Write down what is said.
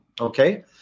Okay